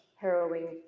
harrowing